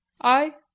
I